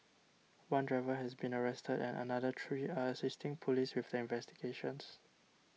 one driver has been arrested and another three are assisting police with their investigations